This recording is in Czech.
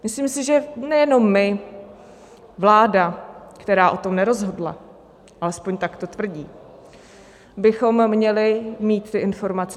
Myslím si, že nejenom my, vláda, která o tom nerozhodla, alespoň tak to tvrdí, bychom měli mít ty informace.